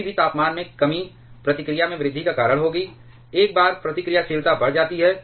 किसी भी तापमान में कमी प्रतिक्रिया में वृद्धि का कारण होगी और एक बार प्रतिक्रियाशीलता बढ़ जाती है